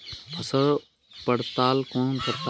फसल पड़ताल कौन करता है?